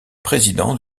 présidents